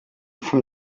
from